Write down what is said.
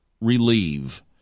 relieve